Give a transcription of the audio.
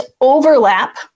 overlap